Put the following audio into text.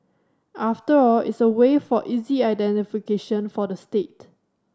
after all it's a way for easy identification for the state